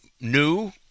new